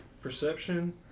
Perception